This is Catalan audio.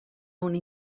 una